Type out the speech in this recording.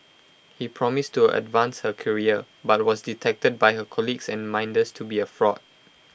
he promised to advance her career but was detected by her colleagues and minders to be A fraud